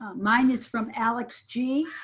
mine is from alex g.